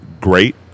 great